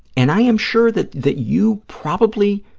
and i am sure that that you probably